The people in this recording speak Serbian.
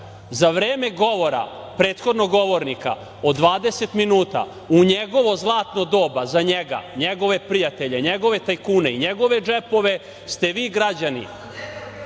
Za vreme govora prethodnog govornika od 20 minuta u njegovo zlatno doba za njega, njegove prijatelje, njegove tajkune, njegove džepove ste vi građani